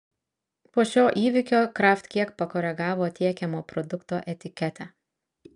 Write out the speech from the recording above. po šio įvykio kraft kiek pakoregavo tiekiamo produkto etiketę